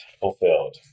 fulfilled